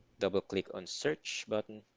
double click on search button,